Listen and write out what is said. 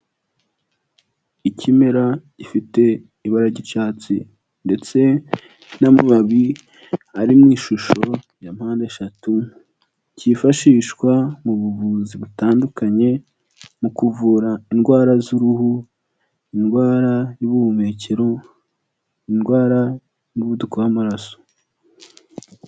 Ikimera gifite ibara ry'icyatsi ndetse n'amababi ari mu ishusho ya mpande eshatu cyifashishwa mu buvuzi butandukanye mu kuvura indwara z'uruhu, indwara y'ubuhumekero, indwara y'umuvuduko w'amaraso.